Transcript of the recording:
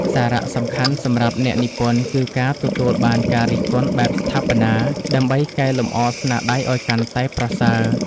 សារៈសំខាន់សម្រាប់អ្នកនិពន្ធគឺការទទួលបានការរិះគន់បែបស្ថាបនា ដើម្បីកែលម្អស្នាដៃឱ្យកាន់តែប្រសើរ។